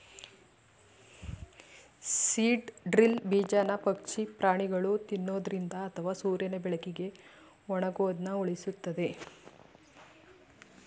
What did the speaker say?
seed drill ಬೀಜನ ಪಕ್ಷಿ ಪ್ರಾಣಿಗಳು ತಿನ್ನೊದ್ರಿಂದ ಅಥವಾ ಸೂರ್ಯನ ಬೆಳಕಿಗೆ ಒಣಗೋದನ್ನ ಉಳಿಸ್ತದೆ